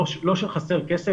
לא שחסר כסף.